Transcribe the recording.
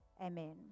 Amen